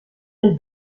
del